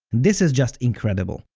this is just incredible.